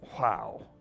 Wow